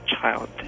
child